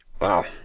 Wow